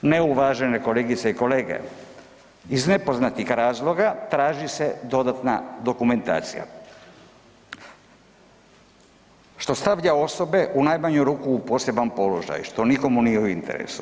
Neuvažene kolegice i kolege, iz nepoznatih razloga traži se dodatna dokumentacija, što stavlja osobe, u najmanju ruku u poseban položaj, što nikome nije u interesu.